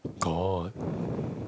got